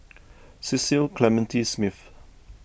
Cecil Clementi Smith